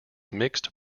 mixed